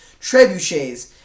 trebuchets